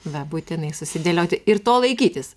va būtinai susidėlioti ir to laikytis